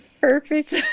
Perfect